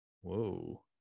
Whoa